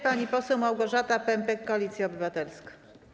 Pani poseł Małgorzata Pępek, Koalicja Obywatelska.